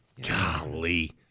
Golly